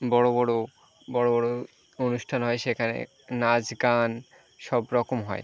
বড়ো বড়ো বড়ো বড়ো অনুষ্ঠান হয় সেখানে নাচ গান সব রকম হয়